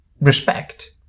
respect